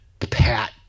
Pat